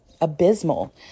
abysmal